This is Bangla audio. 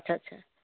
আচ্ছা আচ্ছা